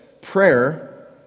Prayer